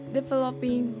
Developing